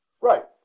Right